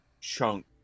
chunk